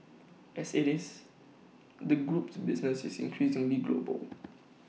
as IT is the group's business is increasingly global